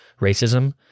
racism